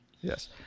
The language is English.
yes